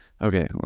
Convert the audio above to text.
okay